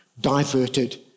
diverted